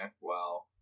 wow